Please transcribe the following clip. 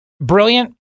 brilliant